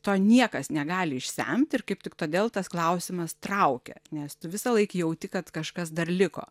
to niekas negali išsemti ir kaip tik todėl tas klausimas traukia nes tu visąlaik jauti kad kažkas dar liko